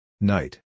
Night